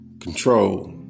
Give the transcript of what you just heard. control